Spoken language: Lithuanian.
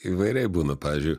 įvairiai būna pavyzdžiui